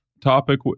topic